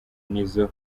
n’izo